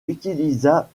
utilisa